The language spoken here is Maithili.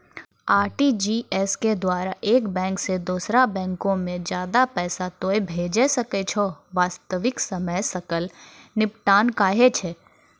आर.टी.जी.एस के द्वारा एक बैंक से दोसरा बैंको मे ज्यादा पैसा तोय भेजै सकै छौ वास्तविक समय सकल निपटान कहै छै?